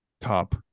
Top